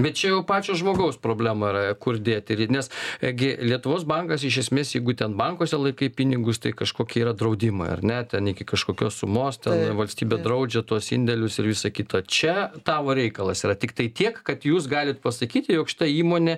bet čia jau pačio žmogaus problema yra kur dėti ir nes gi lietuvos bankas iš esmės jeigu ten bankuose laikai pinigus tai kažkokie yra draudimai ar ne ten iki kažkokios sumos valstybė draudžia tuos indėlius ir visa kita čia tavo reikalas yra tiktai tiek kad jūs galit pasakyti jog šita įmonė